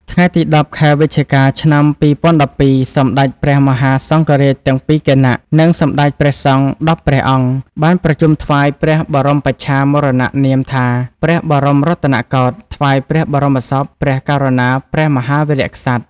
ថ្ងៃទី១០ ខែវិច្ឆិកា ឆ្នាំ២០១២: សម្ដេចព្រះមហាសង្ឃរាជទាំងពីរគណៈ និងសម្ដេចព្រះសង្ឃ ១០ ព្រះអង្គ បានប្រជុំថ្វាយព្រះបរមបច្ឆាមរណនាមថា «ព្រះបរមរតនកោដ្ឋ» ថ្វាយព្រះបរមសពព្រះករុណាព្រះមហាវីរក្សត្រ។